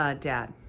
ah dad.